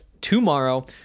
tomorrow